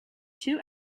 two